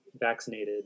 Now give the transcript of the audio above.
vaccinated